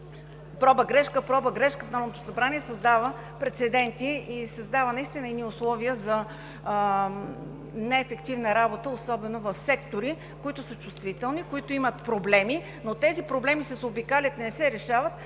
проба-грешка, проба-грешка в Народното събрание създава прецеденти и условия за неефективна работа, особено в сектори, които са чувствителни, които имат проблеми, но тези проблеми се заобикалят, не се решават,